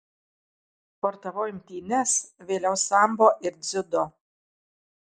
sportavau imtynes vėliau sambo ir dziudo